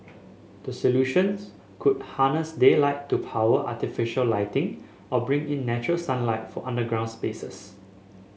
the solutions could harness daylight to power artificial lighting or bring in natural sunlight for underground spaces